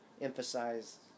emphasize